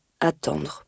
attendre